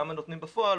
כמה נותנים בפועל,